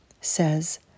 says